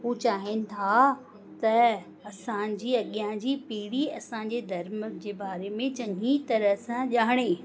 हूअ चाहिनि था त असांजी अॻियां जी पीढ़ी असांजे धर्म जे बारे में चङी तरह सां ॼाणे